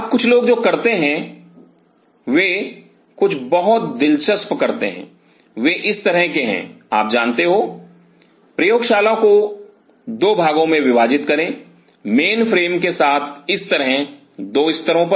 अब कुछ लोग जो करते हैं वे कुछ बहुत दिलचस्प करते हैं वे इस तरह के हैं आप जानते हो प्रयोगशाला को 2 भागों में विभाजित करें मेनफ्रेम के साथ इस तरह 2 स्तर पर